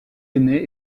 aîné